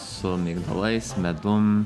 su migdolais medum